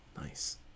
Nice